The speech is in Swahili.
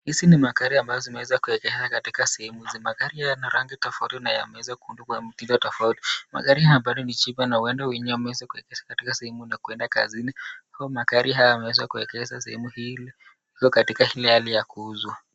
Hizi ni magari ambayo zimejaa sehemu nyingi, magari haya yana rangi tofauti magari haya ni cheaper , na huenda katika sehemu nyingi za kuenda kazini, magari haya yameweza kuegeza sehemu hizi iko katika ile hali ya kuuza.